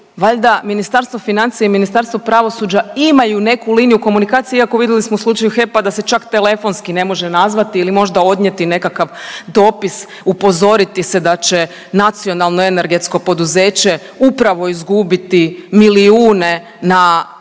valjda Ministarstvo financija i Ministarstvo pravosuđa imaju neku liniju komunikacije, iako vidimo u slučaju HEP-a da se čak telefonski ne može nazvati ili možda odnijeti nekakav dopis upozoriti se da će nacionalno energetsko poduzeće upravo izgubiti milijune na